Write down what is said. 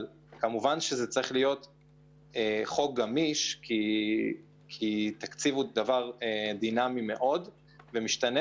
כמובן שזה צריך להיות חוק גמיש כי תקציב הוא דינמי ומשתנה.